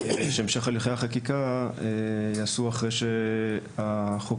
שהמשך הליכי החקיקה ייעשו אחרי שהחוק